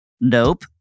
Nope